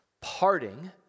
parting